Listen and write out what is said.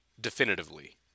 definitively